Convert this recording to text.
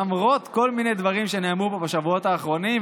למרות כל מיני דברים שנאמרו פה בשבועות האחרונים,